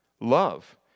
Love